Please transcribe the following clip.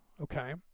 okay